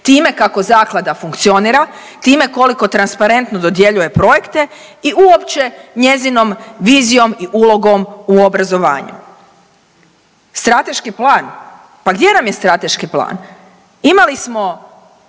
time kako zaklada funkcionira, time koliko transparentno dodjeljuje projekte i uopće njezinom vizijom i ulogom u obrazovanju. Strateški plan, pa gdje nam je strateški plan? Imali smo